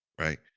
Right